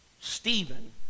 Stephen